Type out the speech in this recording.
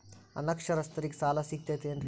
ಅನಕ್ಷರಸ್ಥರಿಗ ಸಾಲ ಸಿಗತೈತೇನ್ರಿ?